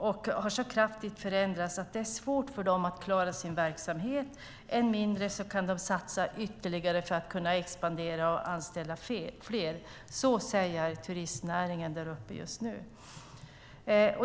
De har förändrats så kraftigt att det är svårt för dessa företag att klara sin verksamhet, och än mindre kan de satsa ytterligare för att kunna expandera och anställa fler. Så säger turistnäringen där uppe.